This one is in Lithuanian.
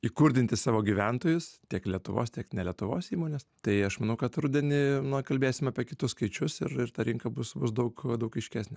įkurdinti savo gyventojus tiek lietuvos tiek ne lietuvos įmones tai aš manau kad rudenį na kalbėsim apie kitus skaičius ir ir ta rinka bus bus daug daug aiškesnė